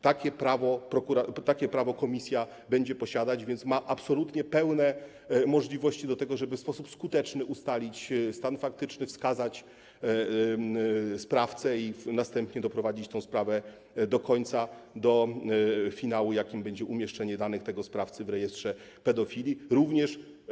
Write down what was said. Takie prawo komisja będzie posiadać, więc ma absolutnie pełne możliwości tego, żeby w sposób skuteczny ustalić stan faktyczny, wskazać sprawcę, a następnie doprowadzić tę sprawę do końca, do finału, jakim będzie umieszczenie danych tego sprawcy w rejestrze pedofilów.